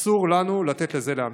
אסור לנו לתת לזה להימשך.